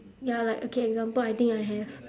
ya like okay example I think I have